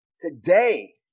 Today